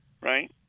right